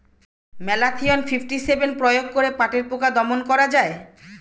Malathion fifty seven প্রয়োগ করে পাটের পোকা দমন করা যায়?